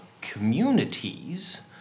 communities